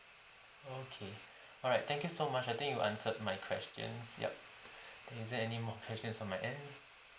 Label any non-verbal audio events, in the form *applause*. okay alright thank you so much I think you answered my questions yup *breath* there isn't anymore questions on my end